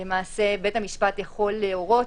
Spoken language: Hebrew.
בית המשפט יכול להורות,